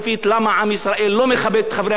את חברי הכנסת ומדבר עלינו כל כך בצורה קשה.